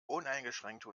uneingeschränkte